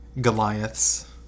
Goliaths